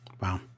Wow